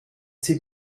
sie